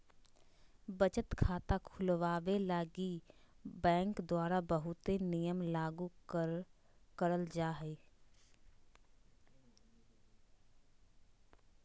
बचत खाता खुलवावे लगी बैंक द्वारा बहुते नियम लागू करल जा हय